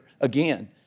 again